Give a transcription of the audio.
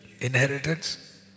Inheritance